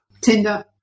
Tinder